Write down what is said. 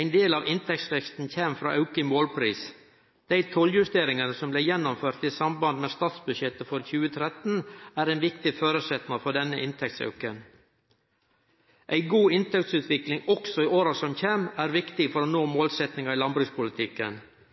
Ein del av inntektsveksten kjem frå auke i målpris. Dei tolljusteringane som blei gjennomførte i samband med statsbudsjettet for 2013, er ein viktig føresetnad for denne inntektsauken. Ei god inntektsutvikling også i åra som kjem er viktig for å nå målsettingane i landbrukspolitikken.